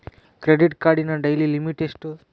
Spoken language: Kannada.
ಕ್ರೆಡಿಟ್ ಕಾರ್ಡಿನ ಡೈಲಿ ಲಿಮಿಟ್ ಎಷ್ಟು?